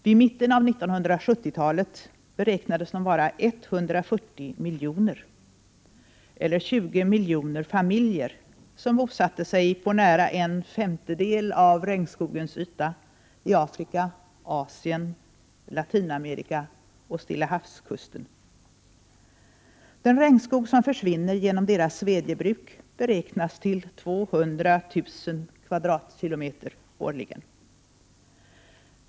Vid mitten av 1970 talet beräknades de vara 140 miljoner, eller 20 miljoner familjer, som bosatte sig på nära en femtedel av regnskogens yta i Afrika, Asien, Latinamerika och vid Stillahavskusten. Den regnskog som försvinner genom deras svedjebruk beräknas till 200 000 km? årligen.